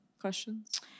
questions